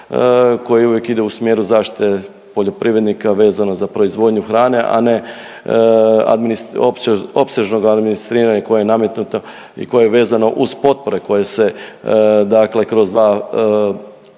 koje uvijek ide u smjeru zaštite poljoprivrednika vezano za proizvodnju hrane, a ne admini… opće, opsežnog administriranja koje je nametnuto i koje je vezano uz potpore koje se dakle